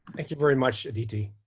thank you very much, aditi.